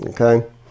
Okay